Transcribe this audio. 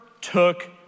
took